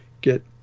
get